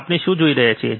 આપણે શું જોઈએ છીએ